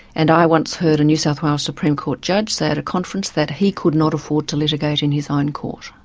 and i once heard a new south wales supreme court judge say at a conference that he could not afford to litigate in his own court.